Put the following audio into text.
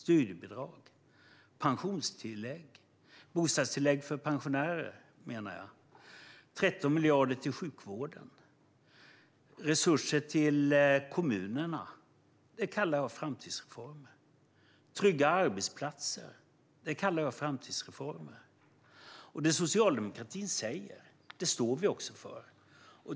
Vidare: studiebidrag, bostadstillägg för pensionärer, 13 miljarder till sjukvården, resurser till kommunerna - det kallar jag framtidsreformer. Trygga arbetsplatser kallar jag framtidsreformer. Det som socialdemokratin säger, det står vi också för.